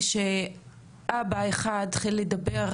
כשאבא אחד התחיל לדבר.